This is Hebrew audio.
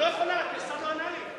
היא לא יכולה, כי השר לא ענה לי.